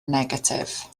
negatif